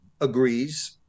agrees